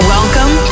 Welcome